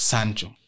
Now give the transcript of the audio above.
Sancho (